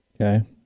Okay